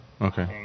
Okay